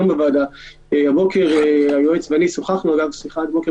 גם ברמה